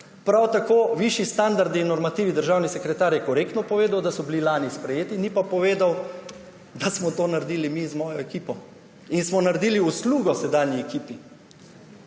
Prav tako višji standardi in normativi, državni sekretar je korektno povedal, da so bili lani sprejeti, ni pa povedal, da smo to naredili mi z mojo ekipo in smo naredili uslugo sedanji ekipi.